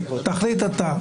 תחליט אתה,